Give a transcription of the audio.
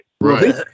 right